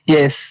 Yes